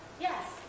Yes